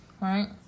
Right